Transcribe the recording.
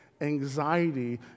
Anxiety